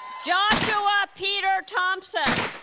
joshua peter thompson